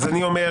לכן,